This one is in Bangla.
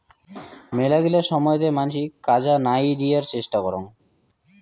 মেলাগিলা সময়তে মানসি কাজা নাই দিয়ার চেষ্টা করং